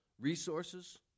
resources